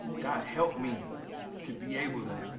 god help me to be able to,